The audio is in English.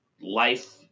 life